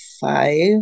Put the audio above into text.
five